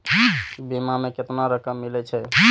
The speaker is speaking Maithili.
बीमा में केतना रकम मिले छै?